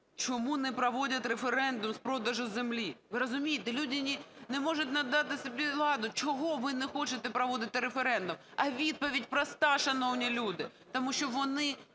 "Чому не проводять референдум з продажу землі?" Ви розумієте, люди не можуть надати собі ладу: чого ви не хочете проводити референдум? А відповідь проста, шановні люди: тому що вони